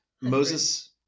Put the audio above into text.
Moses